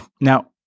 Now